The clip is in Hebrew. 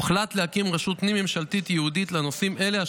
הוחלט להקים רשות פנים ממשלתית ייעודית לנושאים אלה,